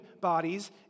bodies